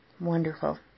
Wonderful